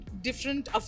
different